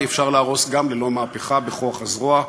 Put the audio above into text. אפשר להרוס גם ללא מהפכה בכוח הזרוע,